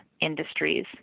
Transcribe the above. industries